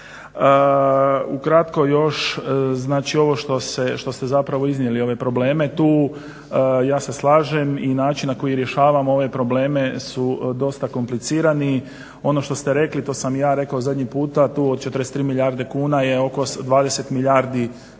Ukratko još. Znači ovo što ste zapravo iznijeli ove probleme tu ja se slažem i način na koji rješavamo ove probleme su dosta komplicirani. Ono što ste rekli to sam i ja rekao zadnji puta. Dug od 43 milijarde kuna je oko 20 milijardi je